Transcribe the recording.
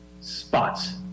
spots